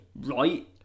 right